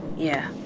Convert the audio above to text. yeah